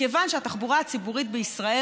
מכיוון שהתחבורה הציבורית בישראל,